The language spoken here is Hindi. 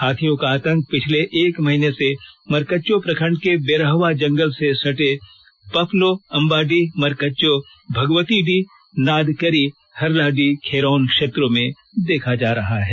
हांथियों का आतंक पिछले एक महीने से मरकच्चो प्रखंड के बेरहवा जंगल से सटे पपलो अम्बाडीह मरकच्चो भगवतीडीह नादकरी हरलाडीह खेरौंन क्षेत्रों में देखा जा रहा है